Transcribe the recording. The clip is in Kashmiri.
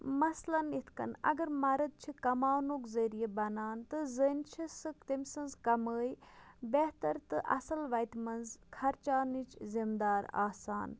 مثلاً یِتھ کٔنۍ اگر مَرد چھِ کَماونُک ذٔریعہِ بَنان تہٕ زٔنۍ چھِ سُہ تٔمۍ سٕنٛز کمٲے بہتر تہٕ اَصٕل وَتہِ منٛز خرچاونٕچ زِمدار آسان